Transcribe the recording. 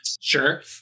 Sure